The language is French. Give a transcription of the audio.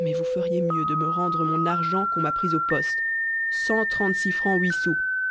mais vous feriez mieux de me rendre mon argent qu'on m'a pris au poste cent trente-six francs